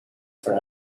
for